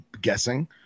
guessing